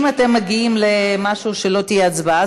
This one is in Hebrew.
אם אתם מגיעים למשהו ולא תהיה הצבעה,